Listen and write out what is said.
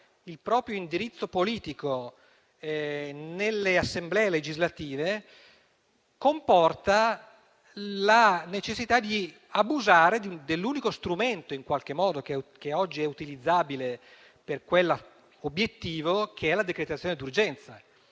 il proprio indirizzo politico nelle Assemblee legislative, che comporta la necessità di abusare dell'unico strumento che oggi è utilizzabile per quell'obiettivo, che è la decretazione d'urgenza.